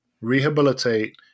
rehabilitate